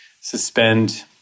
suspend